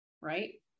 right